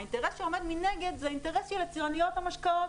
האינטרס שעומד מנגד זה האינטרס של יצרניות המשקאות,